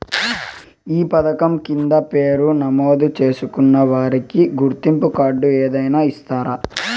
ఈ పథకం కింద పేరు నమోదు చేసుకున్న వారికి గుర్తింపు కార్డు ఏదైనా ఇస్తారా?